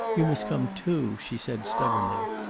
you must come too, she said stubbornly.